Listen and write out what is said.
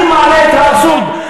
אני מעלה את האבסורד.